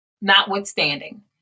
Notwithstanding